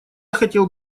хотел